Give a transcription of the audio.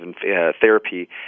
therapy